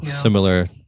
Similar